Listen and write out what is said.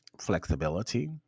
Flexibility